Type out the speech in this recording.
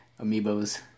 Amiibos